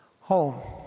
Home